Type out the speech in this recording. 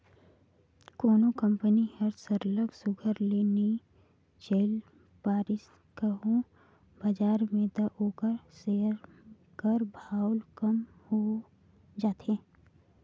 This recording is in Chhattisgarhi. कोनो कंपनी हर सरलग सुग्घर ले नी चइल पारिस कहों बजार में त ओकर सेयर कर भाव कम हो जाथे